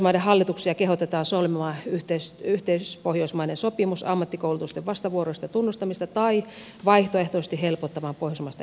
pohjoismaiden hallituksia kehotetaan solmimaan yhteispohjoismainen sopimus ammattikoulutusten vastavuoroisesta tunnustamisesta tai vaihtoehtoisesti helpottamaan pohjoismaista yhteistyötä